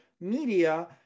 media